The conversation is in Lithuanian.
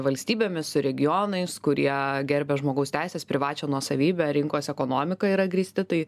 valstybėmis su regionais kurie gerbia žmogaus teises privačią nuosavybę rinkos ekonomika yra grįsti tai